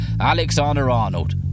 Alexander-Arnold